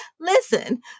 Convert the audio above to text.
Listen